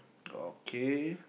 okay